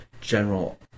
General